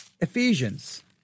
Ephesians